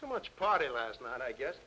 so much party last night i guess